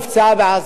נפצעה בעזה,